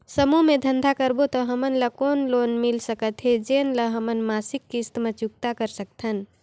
समूह मे धंधा करबो त हमन ल कौन लोन मिल सकत हे, जेन ल हमन मासिक किस्त मे चुकता कर सकथन?